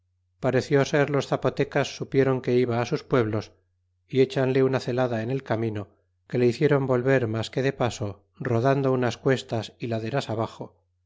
pareció ser los zapotecas supiéron que iba sus pueblos y echanle una celada en el camino que le hiciéron volver mas que de paso rodando unas cuestas y laderas abaxo